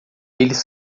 eles